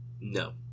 No